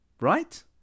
Right